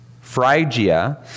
Phrygia